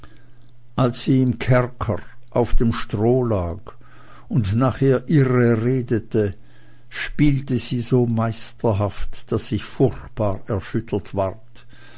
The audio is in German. als sie im kerker auf dem stroh lag und nachher irreredete spielte sie so meisterhaft daß ich furchtbar erschüttert ward